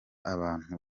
abantu